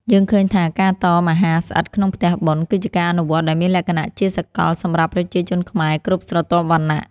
យើងឃើញថាការតមអាហារស្អិតក្នុងផ្ទះបុណ្យ គឺជាការអនុវត្តដែលមានលក្ខណៈជាសកលសម្រាប់ប្រជាជនខ្មែរគ្រប់ស្រទាប់វណ្ណៈ។